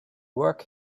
work